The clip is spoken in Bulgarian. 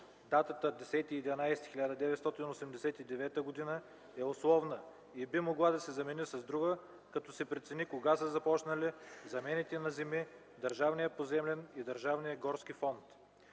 Датата 10 ноември 1989 г. е условна и би могла да се замени с друга, като се прецени кога са започнали замените на земи в държавния поземлен и държавния горски фонд.